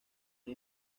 una